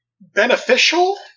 beneficial